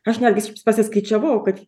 aš netgis pasiskaičiavau kad